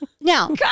now